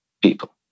people